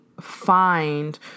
find